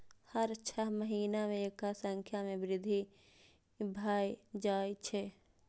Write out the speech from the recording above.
हर छह महीना मे एकर संख्या मे वृद्धि भए जाए छै